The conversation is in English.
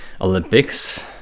Olympics